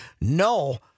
No